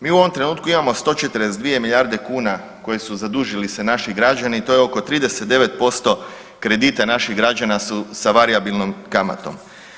Mi u ovom trenutku imamo 142 milijarde kuna koje su zadužili se naši građani, to je oko 39% kredita naših građana su sa varijabilnom kamatom.